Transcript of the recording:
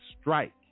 strike